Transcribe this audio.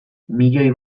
milioi